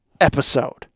episode